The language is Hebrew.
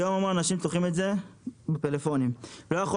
היום המון אנשים צורכים את זה בפלאפונים ולא יכול